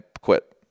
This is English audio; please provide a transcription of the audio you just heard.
quit